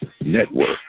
Network